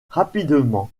rapidement